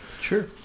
Sure